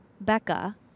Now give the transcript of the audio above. Becca